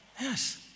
Yes